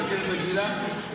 סוכרת רגילה.